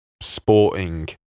sporting